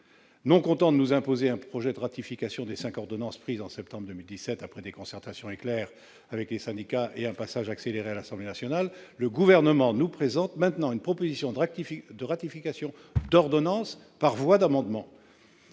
Non content de nous imposer un projet de ratification des cinq ordonnances prises en septembre 2017 après des concertations éclair avec les syndicats et un passage accéléré à l'Assemblée nationale, le Gouvernement nous présente maintenant une proposition de ratification d'ordonnance par voie d'amendement.